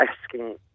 asking